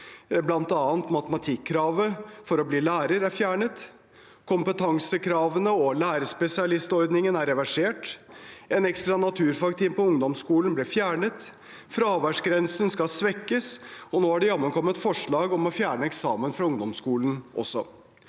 Blant annet er matematikkravet for å bli lærer fjernet, kompetansekravene og lærerspesialistordningen er reversert, en ekstra naturfagtime på ungdomsskolen ble fjernet, fraværsgrensen skal svekkes, og nå er det jammen kommet forslag om å fjerne eksamen fra ungdomsskolen også.